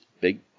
big